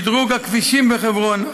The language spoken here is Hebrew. שדרוג הכבישים בחברון,